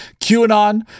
QAnon